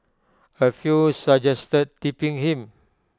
A few suggested tipping him